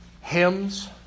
hymns